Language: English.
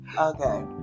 Okay